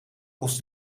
kost